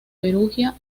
perugia